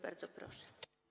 Bardzo proszę.